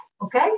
Okay